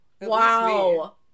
Wow